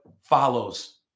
follows